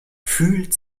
fühlt